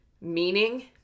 meaning